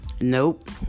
Nope